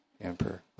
Emperor